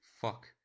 fuck